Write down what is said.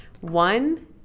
One